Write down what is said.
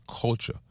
culture